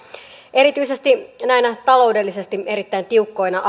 erityisesti näinä taloudellisesti erittäin tiukkoina